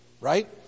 right